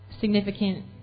significant